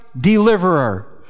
deliverer